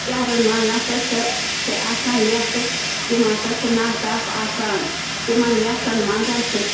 شہرَن منٛز نَہ سا چھِ چھِ آسان وٮ۪تھٕ تِم ہَسا چھِ نا صاف آسان تِمَن وٮ۪تھَن منٛز ہہ چھِ